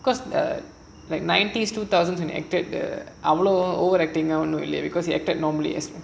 because err like nineties two thousands and அவ்ளோ:avlo overacting